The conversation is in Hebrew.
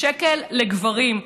שקל לגברים.